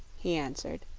he answered.